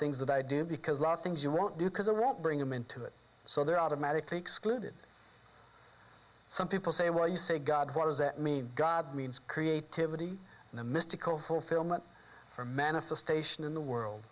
things that i do because a lot of things you won't do because i won't bring them into it so they're automatically excluded some people say well you say god what does that mean god means creativity and a mystical fulfillment for manifestation in the world